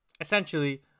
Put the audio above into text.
essentially